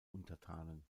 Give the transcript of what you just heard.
untertanen